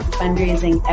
fundraising